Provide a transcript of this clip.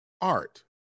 art